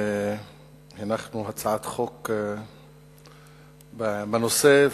הנחנו הצעת חוק בנושא,